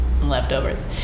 Leftovers